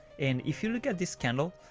and if you look at this candle,